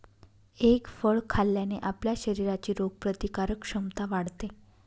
egg फळ खाल्ल्याने आपल्या शरीराची रोगप्रतिकारक क्षमता वाढते